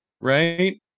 right